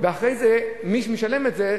ואחרי זה מי שמשלם את זה,